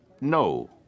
No